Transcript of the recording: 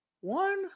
One